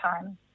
time